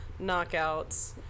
knockouts